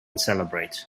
celebrate